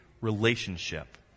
relationship